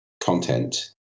content